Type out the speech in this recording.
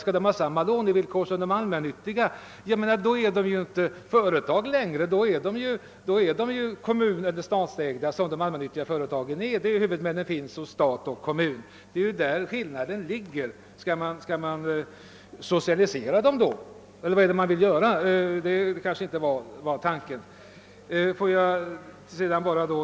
Skall de ha samma lånevillkor som de allmännyttiga företagen är de inte längre enskilda företag utan kommuneller statsägda liksom de allmännyttiga företagen, där huvudmännen finns i stat eller kommun. Där ligger skillnaden. Skall man då socialisera dem eller vad vill ni göra? Att socialisera kan väl ändå inte vara er tanke.